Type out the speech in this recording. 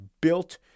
built